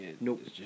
Nope